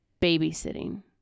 babysitting